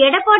Edappadi